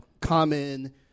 common